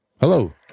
Hello